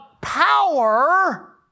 power